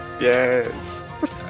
yes